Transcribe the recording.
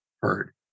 heard